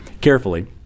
carefully